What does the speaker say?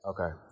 okay